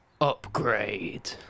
Upgrade